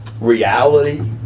reality